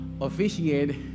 officiate